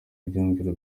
ibyiyumviro